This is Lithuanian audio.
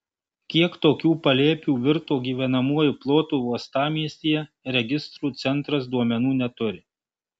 kiek tokių palėpių virto gyvenamuoju plotu uostamiestyje registrų centras duomenų neturi